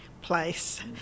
place